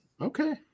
Okay